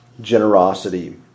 generosity